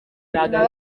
bituma